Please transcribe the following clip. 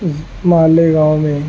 مالیگاؤں میں